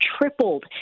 tripled